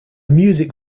music